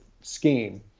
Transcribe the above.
scheme